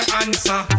answer